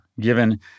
given